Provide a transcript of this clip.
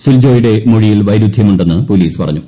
സിൽജോയുടെ മൊഴിയിൽ വൈരുധ്യമുണ്ടെന്ന് പൊലീസ് പറഞ്ഞു